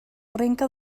arrenca